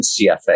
CFA